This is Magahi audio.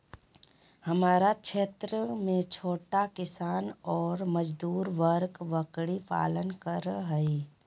हमरा क्षेत्र में छोट किसान ऑर मजदूर वर्ग बकरी पालन कर हई